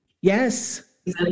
Yes